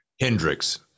Hendrix